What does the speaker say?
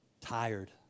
tired